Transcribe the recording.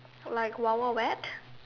like wild wild wet